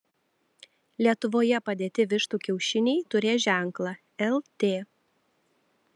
lietuvoje padėti vištų kiaušiniai turės ženklą lt